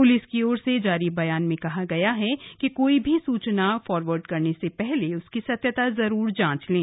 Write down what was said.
police की ओर से जारी बयान में कहा गया है कि कोई भी सूचना फाॅरवर्ड करने से पहले उसकी सत्यता जरूर जांच लें